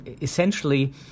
essentially